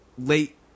late